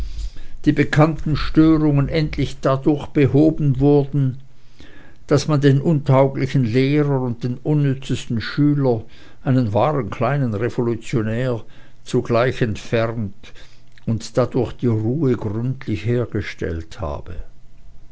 die bekannten störungen endlich dadurch gehoben worden daß man den untauglichen lehrer und den unnützesten schüler einen wahren kleinen revolutionär zugleich entfernt und dadurch die ruhe gründlich hergestellt habe